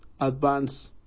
advance